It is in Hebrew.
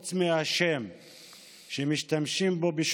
העם ואת ערכי היסוד הבסיסיים שלו,